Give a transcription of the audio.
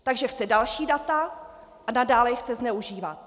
Takže chce další data a nadále je chce zneužívat.